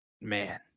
man